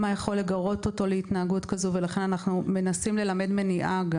מה יכול לגרות אותו להתנהגות כזו ולכן אנחנו מנסים ללמד מניעה.